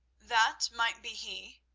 that might be he.